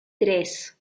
tres